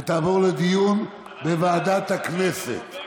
ותעבור לדיון בוועדת הכנסת,